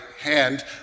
hand